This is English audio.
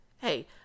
Hey